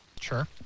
Sure